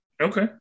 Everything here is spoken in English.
Okay